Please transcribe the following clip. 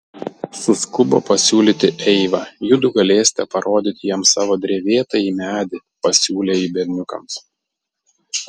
suskubo pasiūlyti eiva judu galėsite parodyti jam savo drevėtąjį medį pasiūlė ji berniukams